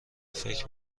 فکر